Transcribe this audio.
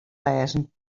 lêzen